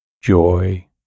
joy